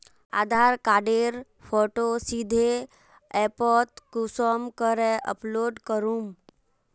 आधार कार्डेर फोटो सीधे ऐपोत कुंसम करे अपलोड करूम?